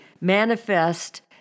manifest